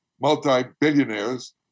multi-billionaires